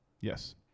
Yes